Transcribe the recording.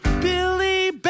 Billy